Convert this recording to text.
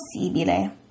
possibile